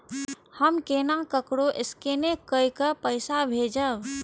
हम केना ककरो स्केने कैके पैसा भेजब?